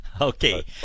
Okay